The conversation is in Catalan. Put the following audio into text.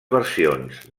versions